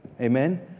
Amen